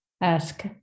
ask